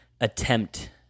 attempt